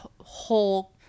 whole